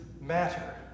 matter